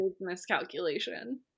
miscalculation